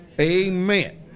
Amen